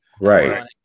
Right